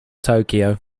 tokyo